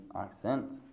accent